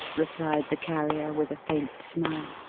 replied the carrier, with a faint smile.